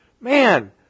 man